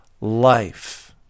life